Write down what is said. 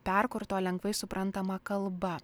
perkurto lengvai suprantama kalba